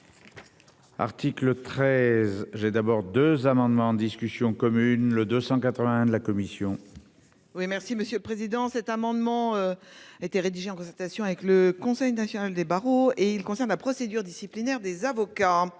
Article 13. J'ai d'abord 2 amendements en discussion commune le 281 de la commission. Oui, merci Monsieur le Président. Cet amendement. Été rédigé en concertation avec le Conseil national des barreaux et il concerne la procédure disciplinaire des avocats.